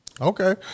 Okay